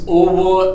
over